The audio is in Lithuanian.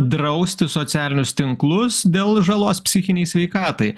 drausti socialinius tinklus dėl žalos psichinei sveikatai